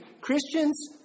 Christians